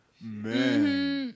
Man